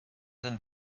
than